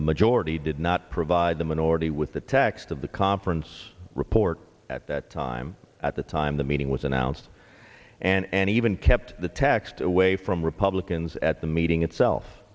majority did not provide the minority with the text of the conference report at that time at the time the meeting was announced and even kept the text away from republicans at the meeting itself